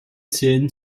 zählen